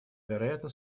вероятно